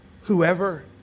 whoever